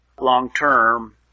long-term